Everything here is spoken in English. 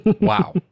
Wow